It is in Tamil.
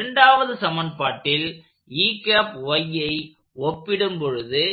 இரண்டாவது சமன்பாட்டில் ஐ ஒப்பிடும் பொழுது